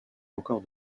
encore